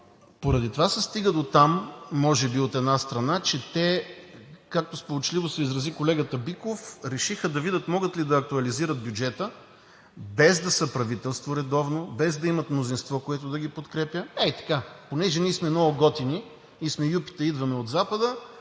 Поради това се стига дотам, може би, от една страна, че те, както сполучливо се изрази колегата Биков, решиха да видят могат ли да актуализират бюджета, без да са редовно правителство, без да имат мнозинство, което да ги подкрепя – ей така, понеже ние сме много готини, юпита сме, идваме от Запада,